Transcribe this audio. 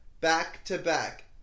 back-to-back